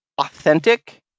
Authentic